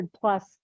plus